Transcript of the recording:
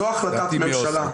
זו החלטת ממשלה.